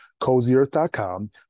CozyEarth.com